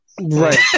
Right